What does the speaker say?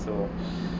so